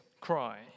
cry